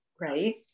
right